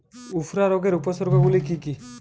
উফরা রোগের উপসর্গগুলি কি কি?